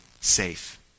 safe